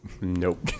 Nope